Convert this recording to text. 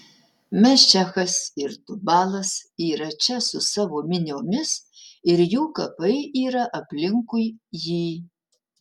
mešechas ir tubalas yra čia su savo miniomis ir jų kapai yra aplinkui jį